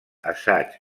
assaig